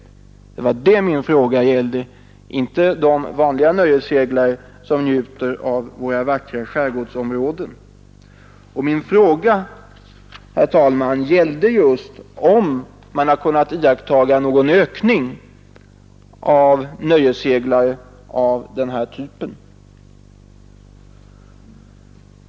Det var det mitt påpekande gällde, inte de vanliga nöjesseglare som njuter av våra vackra skärgårdsområden. Min fråga, herr talman, rörde sig om huruvida man kunde iaktta någon ökning av antalet nöjesseglare av denna typ.